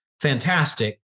Fantastic